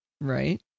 Right